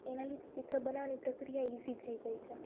એના લીધે ચિત્ર બનાવાની પ્રક્રિયા ઈઝી થઈ ગઈ છે